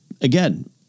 again